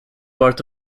part